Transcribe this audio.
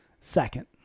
second